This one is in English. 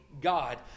god